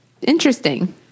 interesting